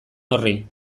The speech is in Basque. horri